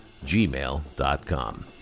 gmail.com